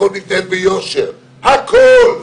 הכול מתנהל ביושר, הכול.